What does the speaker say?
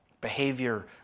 Behavior